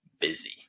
busy